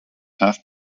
half